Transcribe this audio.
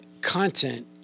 content